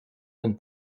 d’une